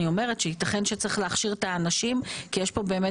אני אומרת שצריך להכשיר את האנשים כי יש פה באמת